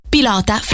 Pilota